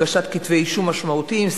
הגשת כתבי אישום משמעותיים,